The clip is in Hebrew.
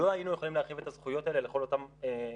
לא היינו יכולים להרחיב את הזכויות האלה לכל אותם מובטלים.